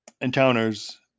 encounters